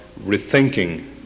rethinking